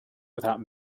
without